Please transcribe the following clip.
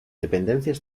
dependencias